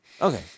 okay